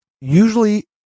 usually